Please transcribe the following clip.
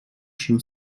się